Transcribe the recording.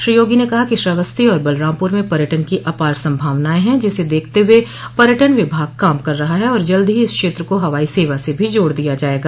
श्री योगी ने कहा कि श्रावस्ती और बलरामपुर में पर्यटन की अपार संभावनाएं है जिसे देखते हुए पर्यटन विभाग काम कर रहा है और जल्द ही इस क्षेत्र को हवाई सेवा से भी जोड़ दिया जायेगा